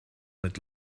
with